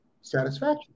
satisfaction